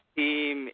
team